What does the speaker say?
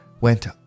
went